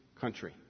country